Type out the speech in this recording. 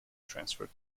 transfer